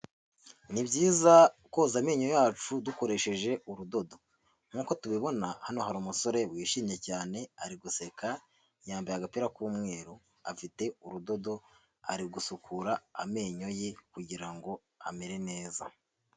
Ni byiza koza amenyo yacu dukoresheje urudodo, nk'uko tubibona hano hari umusore wishimye cyane ari guseka yambaye agapira k'umweru afite urudodo ari gusukura amenyo ye kugira ngo amere neza.